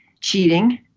cheating